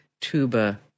tuba